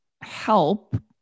help